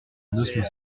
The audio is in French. notion